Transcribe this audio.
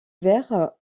verre